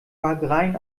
wagrain